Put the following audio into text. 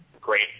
great